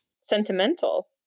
sentimental